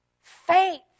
Faith